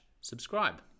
subscribe